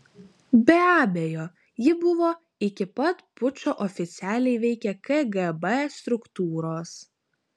be abejo ji buvo iki pat pučo oficialiai veikė kgb struktūros